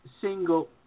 single